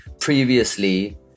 previously